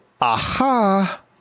Aha